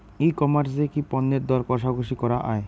ই commerce এ কি পণ্যের দর কশাকশি করা য়ায়?